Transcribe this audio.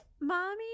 mommy